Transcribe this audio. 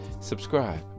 subscribe